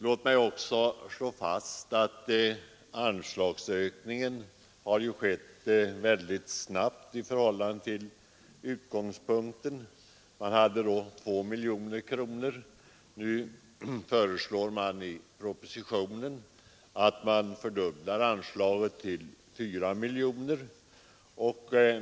Låt mig också slå fast att anslagsökningen har skett mycket snabbt i förhållande till utgångspunkten, som var 2 miljoner kronor. Nu föreslås i propositionen att anslaget skall fördubblas till 4 miljoner.